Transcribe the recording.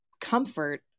comfort